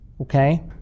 okay